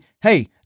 Hey